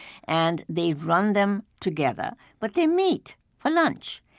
and they run them together, but they meet for lunch.